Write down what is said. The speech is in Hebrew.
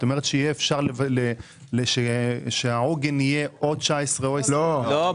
היא אומרת שאפשר יהיה שהעוגן יהיה או 2019 או 2020. לא,